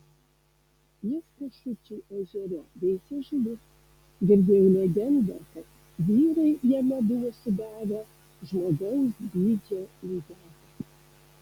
jis kašučių ežere veisė žuvis girdėjau legendą kad vyrai jame buvo sugavę žmogaus dydžio lydeką